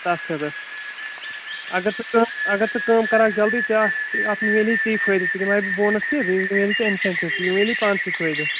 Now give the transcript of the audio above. تَتھ خٲطرٕ اگر ژٕ کٲم اگر ژٕ کٲم کَرکھ جلدی ژےٚ اتھ منٛزمیٚلی ژےٚ فٲیدٕ ژےٚ دِمہٕ ہاے بہٕ بونَس تہِ بییٛہِ میٚلی ژےٚ اِنسیٚنٹِوٕز یہِ میٚلی پانسٕۍ فٲیدٕ